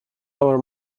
our